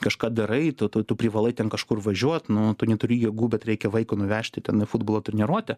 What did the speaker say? kažką darai tu tu tu privalai ten kažkur važiuot nu tu neturi jėgų bet reikia vaiko nuvežti ten į futbolo treniruotę